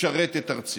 לשרת את ארצי.